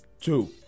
two